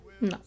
No